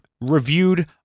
reviewed